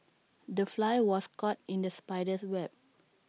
the fly was caught in the spider's web